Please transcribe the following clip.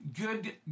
good